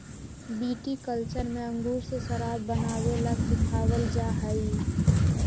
viticulture में अंगूर से शराब बनावे ला सिखावल जाहई